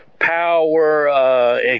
Power